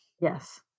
Yes